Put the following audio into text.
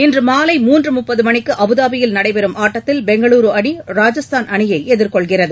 இன்று மாலை மூன்று முப்பது மணிக்கு அபுதாபியில் நடைபெறும் ஆட்டத்தில் பெங்களுரு அணி ராஜஸ்தான் அணியை எதிர்கொள்கிறது